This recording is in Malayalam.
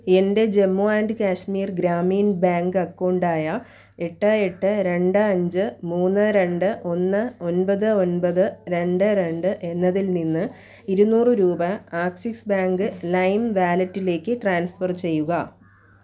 എൻ്റെ Jammu and Kashmir Grameen bank account ആയ എട്ട് എട്ട് രണ്ട് അഞ്ച് മൂന്ന് രണ്ട് ഒന്ന് ഒൻപത് ഒൻപത് രണ്ട് രണ്ട് എന്നതിൽ നിന്ന് ഇരുന്നൂറ് രൂപ ആക്സിസ് ബാങ്ക് ലൈം വാലറ്റിലേക്ക് ട്രാൻസ്ഫർ ചെയ്യുക